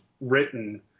written